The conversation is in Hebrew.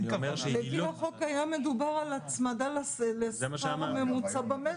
לפי החוק היה מדובר על הצמדה לשכר הממוצע במשק.